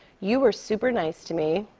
you were super nice to me.